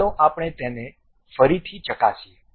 ચાલો આપણે તેને ફરીથી ચકાસીએ